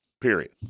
Period